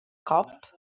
cop